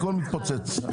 הכול מתפוצץ.